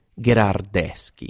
Gerardeschi